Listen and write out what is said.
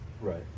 Right